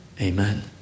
Amen